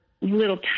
little